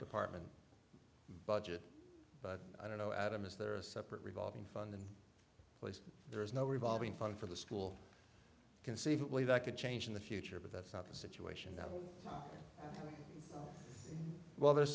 department budget but i don't know adam is there a separate revolving fund in place there is no revolving fun for the school conceivably that could change in the future but that's not the situation that well there's